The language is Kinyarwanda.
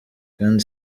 kandi